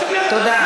קטן,